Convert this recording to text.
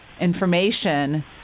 information